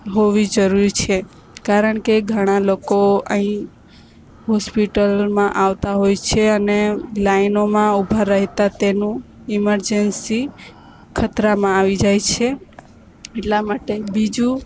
હોવી જરૂરી છે કારણકે ઘણાં લોકો અહીં હોસ્પિટલમાં આવતા હોય છે અને લાઈનોમાં ઊભા રહેતા તેનું ઇમરજન્સી ખતરામાં આવી જાય છે એટલા માટે બીજું